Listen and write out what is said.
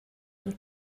und